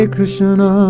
Krishna